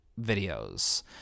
videos